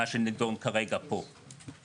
מה שנדון כרגע פה.